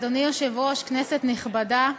אדוני היושב-ראש, כנסת נכבדה,